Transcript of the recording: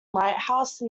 lighthouse